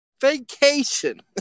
Vacation